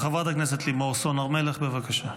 חברת הכנסת לימור סון הר מלך, בבקשה.